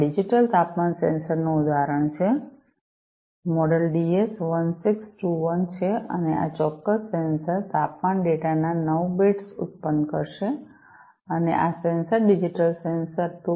આ ડિજિટલ તાપમાન સેન્સર નું ઉદાહરણ છે મોડેલ DS1621 છે અને આ ચોક્કસ સેન્સર તાપમાન ડેટાના 9 બીટ્સ ઉત્પન્ન કરશે અને આ સેન્સર ડિજિટલ સેન્સર 2